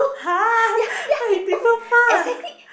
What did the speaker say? !huh! why he think so far